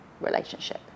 relationship